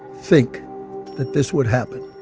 think that this would happen